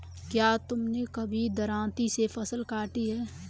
क्या तुमने कभी दरांती से फसल काटी है?